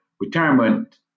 Retirement